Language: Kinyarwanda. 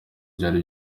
byari